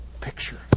picture